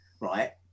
right